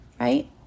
Right